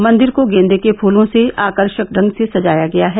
मंदिर को गेंदे के फूलों से आकर्षक ढंग से सजाया गया है